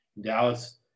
Dallas